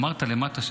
אמרת למטה,